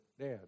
Dad